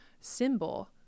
symbol